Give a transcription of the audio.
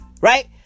Right